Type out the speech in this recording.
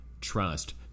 trust